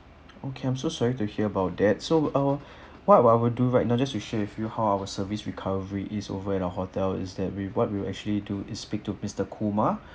okay I'm so sorry to hear about that so uh what what I will do right now just you share with you how our service recovery is over at our hotel is that we what we'll actually do is speak to mister Kumar